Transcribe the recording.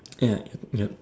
ya yep